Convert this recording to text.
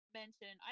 mention